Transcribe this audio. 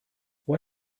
why